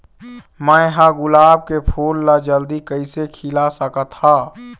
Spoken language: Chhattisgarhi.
मैं ह गुलाब के फूल ला जल्दी कइसे खिला सकथ हा?